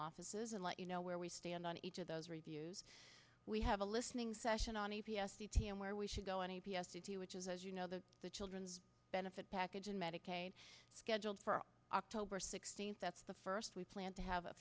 offices and let you know where we stand on each of those reviews we have a listening session on a p s t n where we should go any p s if you which is as you know the the children's benefit package and medicaid scheduled for october sixteenth that's the first we plan to have a